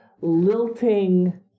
lilting